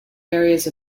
areas